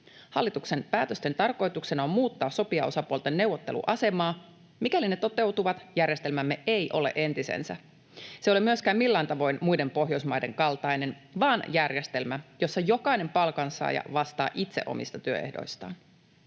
Hallituksen päätösten tarkoituksena on muuttaa sopijaosapuolten neuvotteluasemaa. Mikäli ne toteutuvat, järjestelmämme ei ole entisensä. Se ei ole myöskään millään tavoin muiden Pohjoismaiden kaltainen, vaan järjestelmä, jossa jokainen palkansaaja vastaa itse omista työehdoistaan.